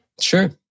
Sure